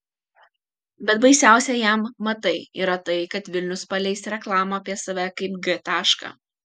bet baisiausia jam matai yra tai kad vilnius paleis reklamą apie save kaip g tašką